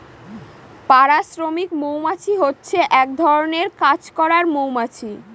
পাড়া শ্রমিক মৌমাছি হচ্ছে এক ধরনের কাজ করার মৌমাছি